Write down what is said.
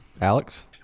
alex